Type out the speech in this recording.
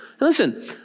Listen